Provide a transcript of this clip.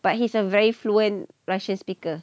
but he's a very fluent russian speaker